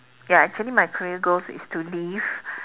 ya actually my career goals is to leave